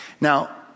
Now